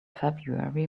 february